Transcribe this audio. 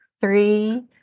three